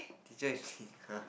teacher is [huh]